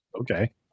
okay